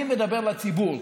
אני מדבר לציבור.